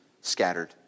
scattered